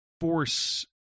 force